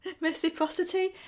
reciprocity